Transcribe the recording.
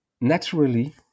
naturally